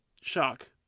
shock